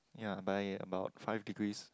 ya buy it about five degrees